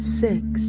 six